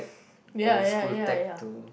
ya ya ya ya